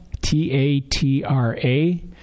T-A-T-R-A